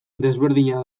desberdina